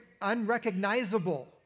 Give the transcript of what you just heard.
unrecognizable